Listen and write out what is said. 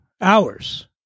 hours